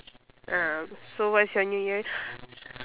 uh so what's your new year